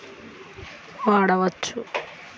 పత్తిలో ట్వింక్లర్ పద్ధతి వాడవచ్చా?